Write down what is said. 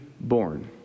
born